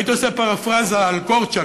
הייתי עושה פרפראזה על קורצ'אק,